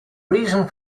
reason